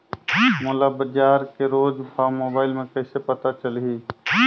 मोला बजार के रोज भाव मोबाइल मे कइसे पता चलही?